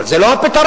אבל זה לא הפתרון.